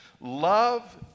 Love